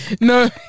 No